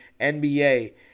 NBA